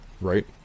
right